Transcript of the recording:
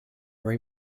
are